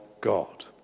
god